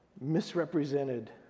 misrepresented